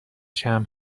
شمع